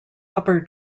upper